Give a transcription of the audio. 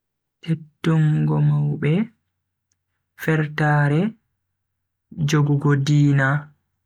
Teddungo maube, fertare, jogugo diina.